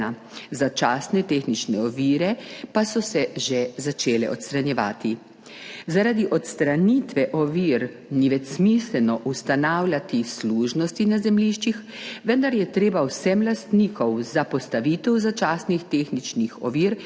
začasne tehnične ovire pa so se že začele odstranjevati. Zaradi odstranitve ovir ni več smiselno ustanavljati služnosti na zemljiščih, vendar je treba vsem lastnikom za postavitev začasnih tehničnih ovir